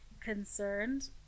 concerned